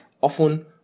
often